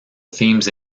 themes